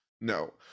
No